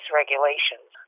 regulations